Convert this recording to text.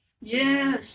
Yes